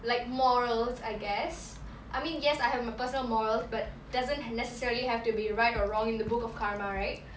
like morals I guess I mean yes I have my personal morals but doesn't necessarily have to be right or wrong in the book of karma right